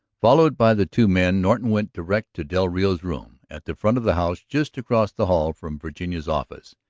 followed by the two men, norton went direct to del rio's room, at the front of the house, just across the hall from virginia's office.